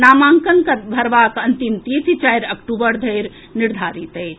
नामांकन भरबाक अंतिम तिथि चारि अक्टूबर धरि निर्धारित अछि